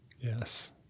Yes